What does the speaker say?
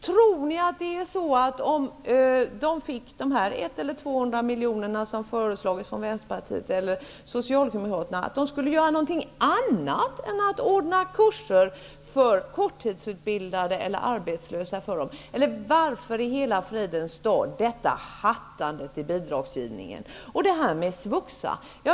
Tror ni att de, om de fick dessa 100 eller Socialdemokraterna, skulle göra något annat än att ordna kurser för korttidsutbildade eller arbetslösa? Varför detta hattande i bidragsgivningen?